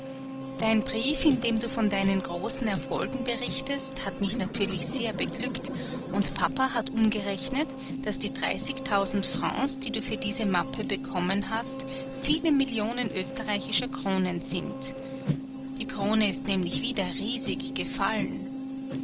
dein brief in dem du von deinen großen erfolgen berichtest hat mich natürlich sehr beglückt und papa hat umgerechnet daß die dreißigtausend francs die du für diese mappe bekommen hast viele millionen österreichischer kronen sind die krone ist nämlich wieder riesig gefallen